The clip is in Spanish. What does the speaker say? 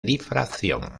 difracción